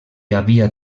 havia